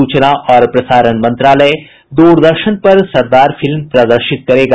सूचना और प्रसारण मंत्रालय द्रदर्शन पर सरदार फिल्म प्रदर्शित करेगा